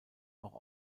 auch